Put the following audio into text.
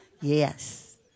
Yes